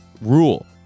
rule